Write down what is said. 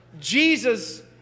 Jesus